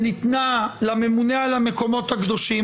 שניתנה לממונה על המקומות הקדושים,